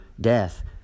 death